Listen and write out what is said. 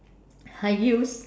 high heels